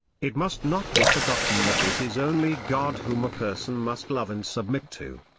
it must not be forgotten that it is only god whom a person must love and submit to.